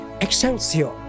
Excelsior